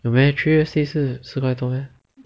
是四块多咩